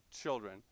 Children